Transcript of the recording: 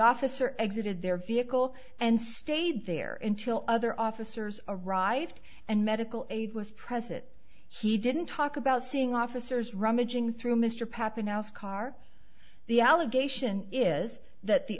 officer exited their vehicle and stayed there until other officers arrived and medical aid was present he didn't talk about seeing officers rummaging through mr pappano house car the allegation is that the